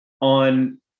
on